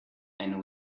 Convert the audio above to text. and